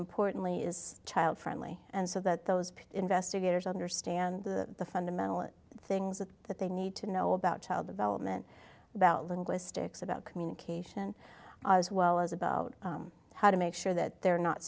importantly is child friendly and so that those investigators understand the fundamental things that they need to know about child development about linguistics about communication as well as about how to make sure that they're not